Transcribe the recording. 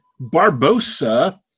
Barbosa